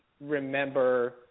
remember